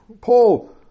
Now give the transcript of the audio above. Paul